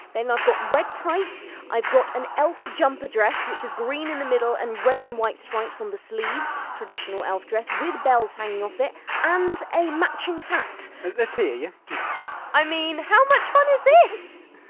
then i've got red tights i've got an elf jumper dress which is green in the middle and red and white stripes on the sleeves traditional elf dress with bells hanging off it and a matching hat let's hear you i mean how much fun is this?